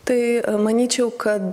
tai manyčiau kad